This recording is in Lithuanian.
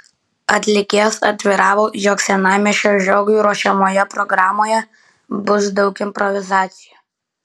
atlikėjas atviravo jog senamiesčio žiogui ruošiamoje programoje bus daug improvizacijų